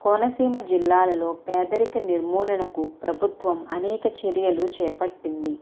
కోనసీమ జిల్లాలలో పేదరిక నిర్మూలనకు ప్రభుత్వం అనేక చర్యలు చేపట్టింది